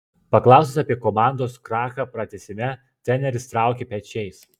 paklaustas apie komandos krachą pratęsime treneris traukė pečiais